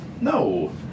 No